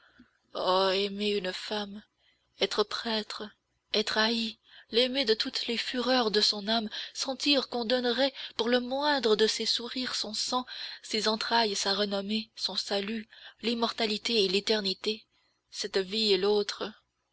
aimer une femme être prêtre être haï l'aimer de toutes les fureurs de son âme sentir qu'on donnerait pour le moindre de ses sourires son sang ses entrailles sa renommée son salut l'immortalité et l'éternité cette vie et l'autre